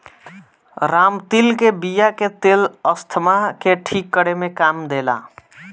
रामतिल के बिया के तेल अस्थमा के ठीक करे में काम देला